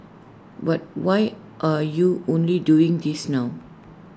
but why are you only doing this now